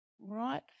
Right